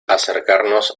acercarnos